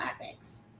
ethics